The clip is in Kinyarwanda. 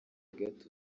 gato